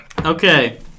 Okay